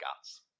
guts